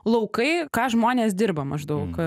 laukai ką žmonės dirba maždaug